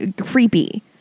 Creepy